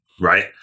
right